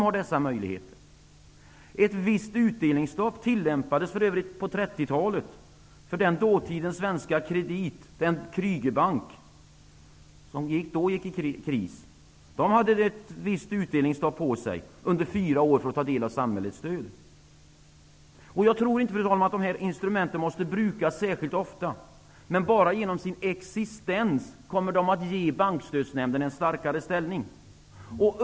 Ett visst utdelningsstopp tillämpades för övrigt på 30-talet för dåtidens Svenska kredit, den Kreugerbank som hade en kris. Den hade utdelningsstopp under fyra år för att ta del av samhällets stöd. Jag tror inte att dessa instrument måste brukas särskilt ofta, men bara genom sin existens kommer de att ge Bankstödsnämnden en starkare ställning.